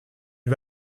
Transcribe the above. une